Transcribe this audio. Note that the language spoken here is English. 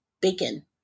Bacon